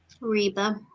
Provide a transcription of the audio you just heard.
Reba